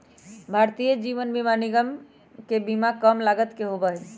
भारतीय जीवन बीमा निगम के बीमा कम लागत के होबा हई